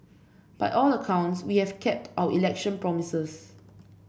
by all the accounts we have kept our election promises